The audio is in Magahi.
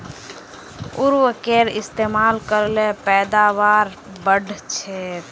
उर्वरकेर इस्तेमाल कर ल पैदावार बढ़छेक